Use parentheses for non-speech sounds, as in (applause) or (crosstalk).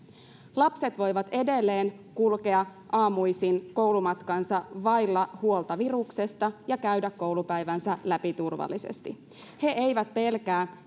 lapset voivat edelleen kulkea aamuisin koulumatkansa vailla huolta viruksesta ja käydä koulupäivänsä läpi turvallisesti he eivät pelkää (unintelligible)